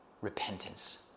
repentance